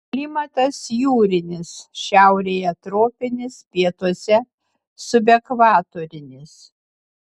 klimatas jūrinis šiaurėje tropinis pietuose subekvatorinis